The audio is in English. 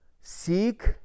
seek